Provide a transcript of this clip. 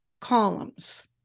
columns